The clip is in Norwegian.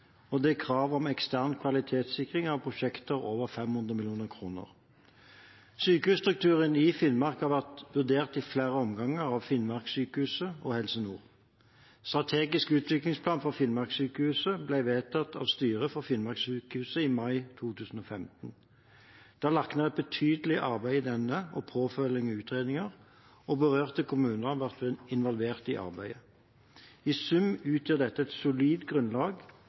og det er krav om ekstern kvalitetssikring av prosjekter over 500 mill. kr. Sykehusstrukturen i Finnmark har vært vurdert i flere omganger av Finnmarkssykehuset og Helse Nord. Strategisk utviklingsplan for Finnmarkssykehuset ble vedtatt av styret for Finnmarkssykehuset i mai 2015. Det er lagt ned et betydelig arbeid i denne og i påfølgende utredninger, og berørte kommuner ble involvert i arbeidet. I sum utgjør dette et solid grunnlag